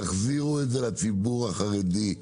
תחזירו את זה לציבור החרדי.